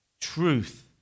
Truth